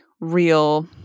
real